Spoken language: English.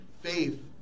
Faith